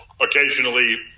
occasionally